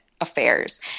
affairs